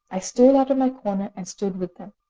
i stole out of my corner, and stood with them.